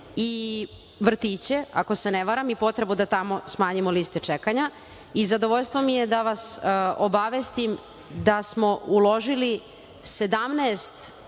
i vrtiće, ako se ne varam, i potrebu da tamo smanjimo liste čekanja. Zadovoljstvo mi je da vas obavestim da smo uložili 17,5